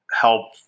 help